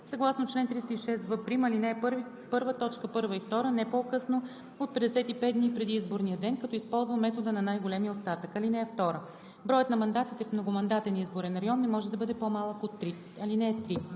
съгласно чл. 306в′, ал. 1, т. 1 и 2 не по-късно от 55 дни преди изборния ден, като използва метода на най-големия остатък. (2) Броят на мандатите в многомандатен изборен район не може да бъде по-малък от 3.